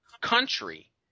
country